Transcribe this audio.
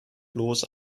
bloß